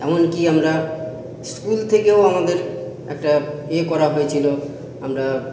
এমনকি আমরা স্কুল থেকেও আমাদের একটা ইয়ে করা হয়েছিল আমরা